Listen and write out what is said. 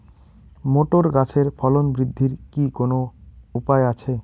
Motor গাছের ফলন বৃদ্ধির কি কোনো উপায় আছে?